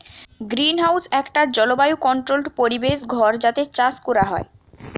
greenhouse একটা জলবায়ু controlled পরিবেশ ঘর যাতে চাষ কোরা হয়